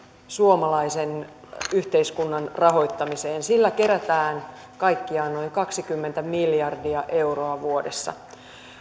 suomalaisen yhteiskunnan rahoittamiseen sillä kerätään kaikkiaan noin kaksikymmentä miljardia euroa vuodessa